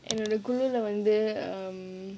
in a என்னோட குழுவில் வந்து:ennoda kuluvil vandhu um